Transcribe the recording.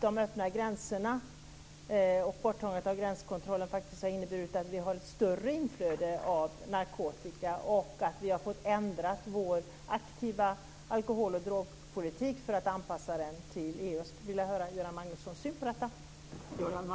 De öppna gränserna och borttagandet av gränskontrollen har inneburit att vi har ett större inflöde av narkotika. Vi har fått ändra vår aktiva alkohol och drogpolitik för att anpassa den till EU:s. Jag vill höra Göran Magnussons syn på detta.